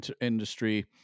industry